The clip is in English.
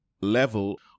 level